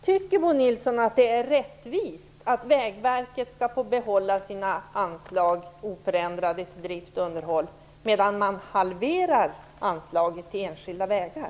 Tycker Bo Nilsson att det är rättvist att Vägverket skall få behålla sina anslag till drift och underhåll oförändrade medan man halverar anslaget till enskilda vägar?